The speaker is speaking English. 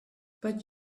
but